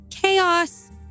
Chaos